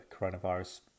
coronavirus